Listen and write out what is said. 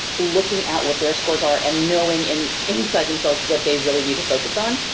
looking at what their scores are and knowing in inside themselves what they really need to focus on,